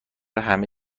همه